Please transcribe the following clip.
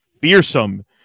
fearsome